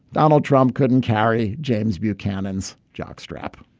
donald trump couldn't carry james buchanan's jockstrap.